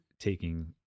taking